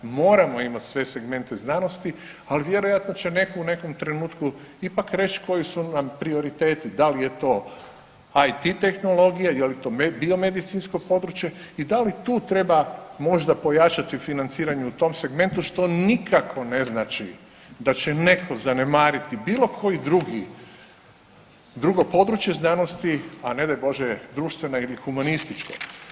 Moramo imati sve segmente znanosti, ali vjerojatno će netko u nekom trenutku ipak reći koji su nam prioriteti da li je to IT tehnologija, je li to biomedicinsko područje i da li tu treba možda pojačati financiranje u tom segmentu što nikako ne znači da će netko zanemariti bilo koje drugo područje znanosti a ne daj bože društvene ili humanističke.